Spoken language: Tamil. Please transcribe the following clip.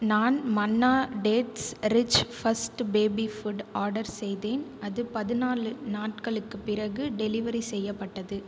நான் Manna dates rich first baby food order செய்தேன் அது பதினாலு நாட்களுக்குப் பிறகு டெலிவரி செய்யப்பட்டது